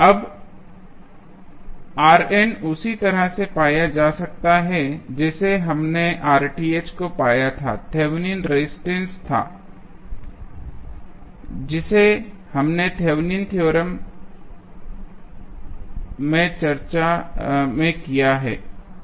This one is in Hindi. अब उसी तरह से पाया जा सकता है जैसे हमने को पाया था जो कि थेवेनिन रेजिस्टेंस था जिसे हमने थेवेनिन थ्योरम Thevenins theorem चर्चा में किया था